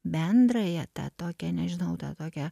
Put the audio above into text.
bendrąją tą tokią nežinau tą tokią